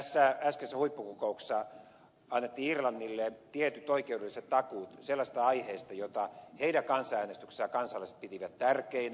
äskeisessä huippukokouksessa annettiin irlannille tietyt oikeudelliset takuut sellaisista aiheista joita irlannin kansanäänestyksessä kansalaiset pitivät tärkeinä